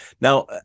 Now